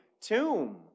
tomb